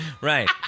Right